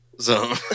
Zone